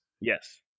Yes